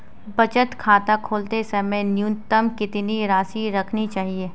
बचत खाता खोलते समय न्यूनतम कितनी राशि रखनी चाहिए?